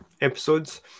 episodes